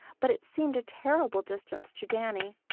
but it seemed a terrible distance to danny.